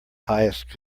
highest